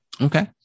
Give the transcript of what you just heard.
Okay